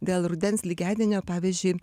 dėl rudens lygiadienio pavyzdžiui